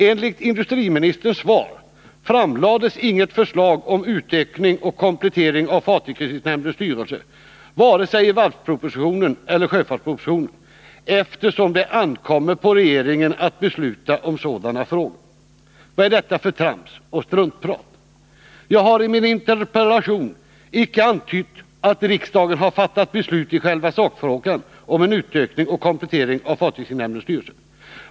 Enligt industriministerns svar framlades inget förslag om utökning och komplettering av fartygskreditnämndens styrelse, vare sig i varvspropositionen eller i sjöfartspropositionen, eftersom det ankommer på regeringen att besluta om sådana frågor. Vad är detta för trams och struntprat! Jag har i min interpellation icke antytt att riksdagen har fattat beslut i själva sakfrågan om en utökning och komplettering av fartygskreditnämndens styrelse.